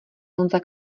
honza